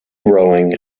growing